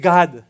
God